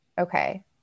Okay